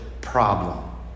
problem